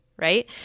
right